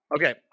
Okay